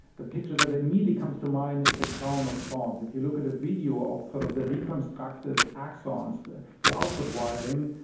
the picture that immediately comes to mind is a crown-of-thorns. if you look at a video of sort of the reconstructed axons, the the output wiring,